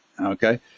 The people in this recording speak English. okay